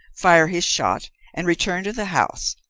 fire his shot and return to the house,